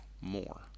more